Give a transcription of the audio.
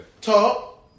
talk